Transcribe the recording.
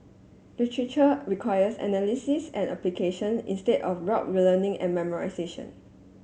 literature requires analysis and application instead of rote learning and memorisation